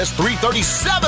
337